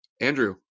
Andrew